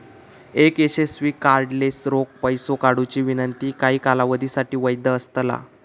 एक यशस्वी कार्डलेस रोख पैसो काढुची विनंती काही कालावधीसाठी वैध असतला